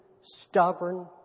stubborn